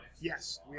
Yes